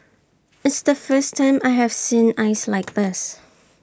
it's the first time I have seen ice like this